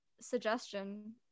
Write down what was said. suggestion